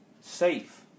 safe